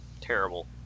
terrible